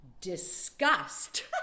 disgust